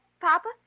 Papa